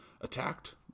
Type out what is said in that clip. attacked